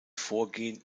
vorgehen